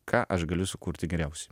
ką aš galiu sukurti geriausiai